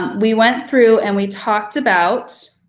we went through and we talked about.